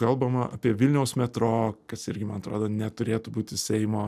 kalbama apie vilniaus metro kas irgi man atrodo neturėtų būti seimo